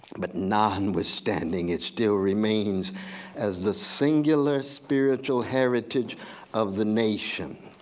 but non-withstanding it still remains as the singular spiritual heritage of the nation,